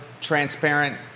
transparent